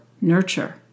nurture